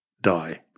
die